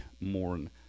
mourn